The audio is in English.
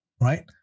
right